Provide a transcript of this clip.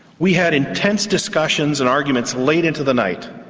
we had intense discussions and arguments late into the night.